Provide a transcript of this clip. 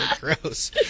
Gross